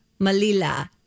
Malila